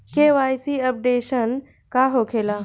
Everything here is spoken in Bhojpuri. के.वाइ.सी अपडेशन का होखेला?